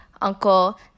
uncle